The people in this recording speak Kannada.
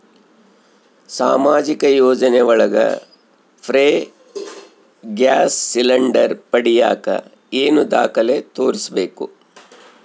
ಸಾಮಾಜಿಕ ಯೋಜನೆ ಒಳಗ ಫ್ರೇ ಗ್ಯಾಸ್ ಸಿಲಿಂಡರ್ ಪಡಿಯಾಕ ಏನು ದಾಖಲೆ ತೋರಿಸ್ಬೇಕು?